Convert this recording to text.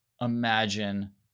imagine